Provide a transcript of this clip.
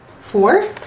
Four